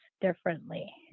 differently